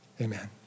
Amen